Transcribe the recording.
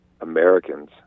Americans